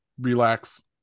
relax